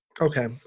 Okay